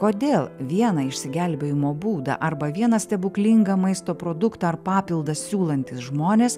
kodėl vieną išsigelbėjimo būdą arba vieną stebuklingą maisto produktą ar papildą siūlantys žmonės